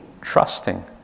trusting